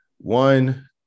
One